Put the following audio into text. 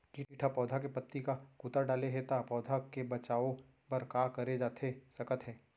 किट ह पौधा के पत्ती का कुतर डाले हे ता पौधा के बचाओ बर का करे जाथे सकत हे?